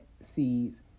seeds